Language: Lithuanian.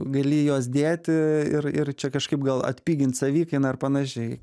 gali juos dėti ir ir čia kažkaip gal atpigint savikainą ar panašiai